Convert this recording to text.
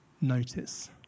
notice